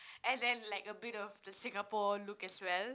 and then like a bit of the Singapore look as well